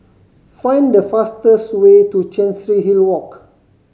find the fastest way to Chancery Hill Walk